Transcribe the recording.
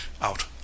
out